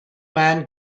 man